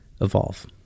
evolve